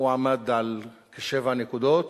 הוא עמד על שבע נקודות,